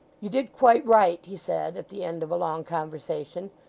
you did quite right he said, at the end of a long conversation,